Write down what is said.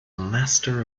master